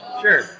sure